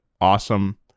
Awesome